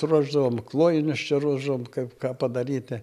ruošdavom klojinius čia ruošdavom kaip ką padaryti